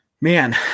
man